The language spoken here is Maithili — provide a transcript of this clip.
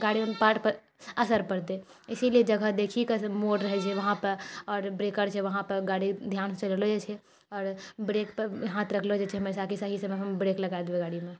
गाड़ी रऽ पार्टपर असर पड़तै इसीलिए जगह देखिकऽ मोड़ रहै छै वहाँपर आओर ब्रेकर छै वहाँपर गाड़ी धिआनसँ चलैलऽ जाइ छै आओर ब्रेकपर हाथ रखलऽ जाइ छै हमेशा कि सही समयपर हम ब्रेक लगा देबै गाड़ीमे